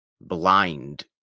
blind